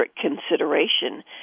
consideration